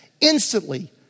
instantly